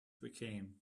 became